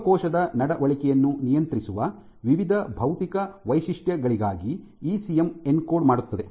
ಜೀವಕೋಶದ ನಡವಳಿಕೆಯನ್ನು ನಿಯಂತ್ರಿಸುವ ವಿವಿಧ ಭೌತಿಕ ವೈಶಿಷ್ಟ್ಯಗಳಿಗಾಗಿ ಇಸಿಎಂ ಎನ್ಕೋಡ್ ಮಾಡುತ್ತದೆ